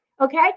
okay